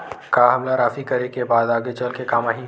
का हमला राशि करे के बाद आगे चल के काम आही?